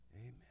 Amen